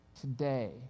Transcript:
today